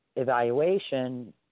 evaluation